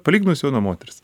palyginus jauna moteris